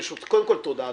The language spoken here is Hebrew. קודם כול, תודה אדוני.